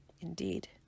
Indeed